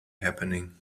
happening